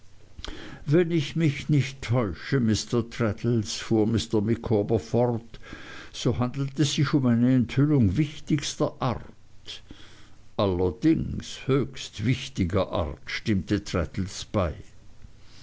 wenn ich mich nicht täusche mr traddles fuhr mr micawber fort so handelt es sich um eine enthüllung wichtigster art allerdings höchst wichtiger art stimmte traddles bei